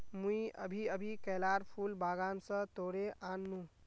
मुई अभी अभी केलार फूल बागान स तोड़े आन नु